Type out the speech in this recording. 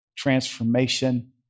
Transformation